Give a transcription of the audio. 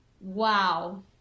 Wow